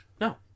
No